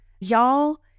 Y'all